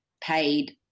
paid